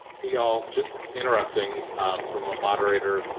y'all, just interrupting from a moderator